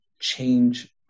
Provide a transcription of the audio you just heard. change